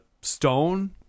stone